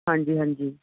ਹਾਂਜੀ ਹਾਂਜੀ